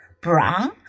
Brown